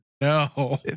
no